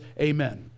Amen